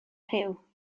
rhyw